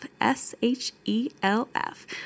S-H-E-L-F